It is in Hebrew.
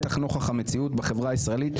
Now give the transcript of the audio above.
בטח נוכח המציאות בחברה הישראלית,